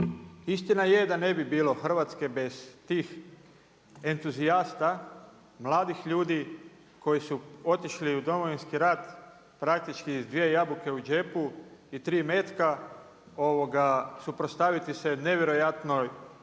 Istina je da ne bi bilo Hrvatske bez tih entuzijasta mladih ljudi koji su otišli u Domovinski rat praktički s dvije jabuke u džepu i tri metka suprotstaviti se nevjerojatnoj